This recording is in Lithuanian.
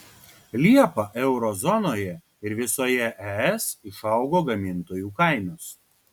liepą euro zonoje ir visoje es išaugo gamintojų kainos